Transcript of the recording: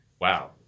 Wow